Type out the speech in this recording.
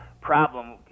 problem –